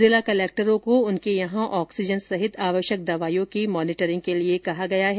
जिला कलेक्टरों को उनके यहां ऑक्सीजन सहित आवश्यक दवाइयों की मॉनीटरिंग के लिए कहा गया है